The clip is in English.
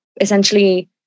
essentially